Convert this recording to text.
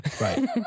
right